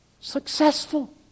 successful